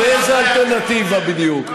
באיזו אלטרנטיבה בדיוק?